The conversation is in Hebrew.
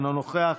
אינו נוכח,